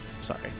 Sorry